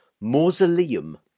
mausoleum